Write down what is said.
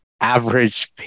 average